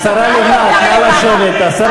השרה לבנת, נא לשבת.